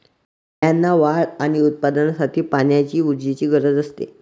मेंढ्यांना वाढ आणि उत्पादनासाठी पाण्याची ऊर्जेची गरज असते